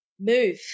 Move